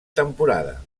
temporada